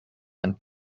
and